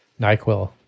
NyQuil